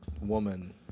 woman